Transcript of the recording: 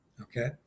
okay